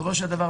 בסופו של דבר,